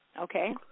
Okay